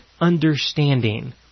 understanding